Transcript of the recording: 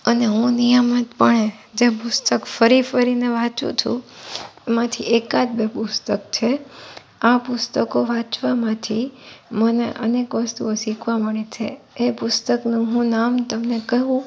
અને હું નિયમિત પણે જે પુસ્તક ફરી ફરીને વાંચું છું એમાંથી એકાદ બે પુસ્તક છે આ પુસ્તકો વાંચવામાં જે મને અનેક વસ્તુઓ શીખવા મળે છે એ પુસ્તકનું હું નામ તમને કહું